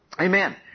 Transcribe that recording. Amen